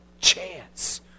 chance